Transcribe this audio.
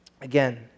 Again